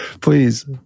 Please